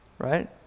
right